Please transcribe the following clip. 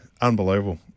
unbelievable